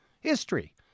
history